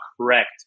correct